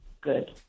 good